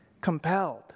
compelled